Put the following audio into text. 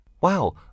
Wow